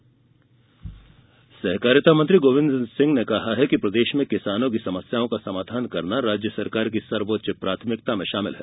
किसान कर्ज सहकारिता मंत्री गोविंद सिंह ने कहा है कि प्रदेश में किसानों की समस्याओं का समाधान करना राज्य सरकार की सर्वोच्च प्राथमिकता में है